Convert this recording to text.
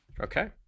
Okay